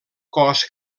cos